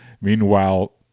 Meanwhile